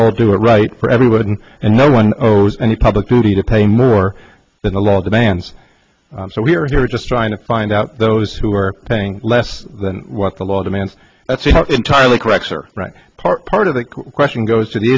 or do it right for everyone and no one owes any public duty to pay more than the law demands so we're just trying to find out those who are paying less than what the law demands that's an entirely correct or right part part of the question goes to the